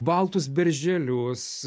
baltus berželius